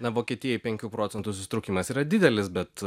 na vokietijai penkių procentų susitraukimas yra didelis bet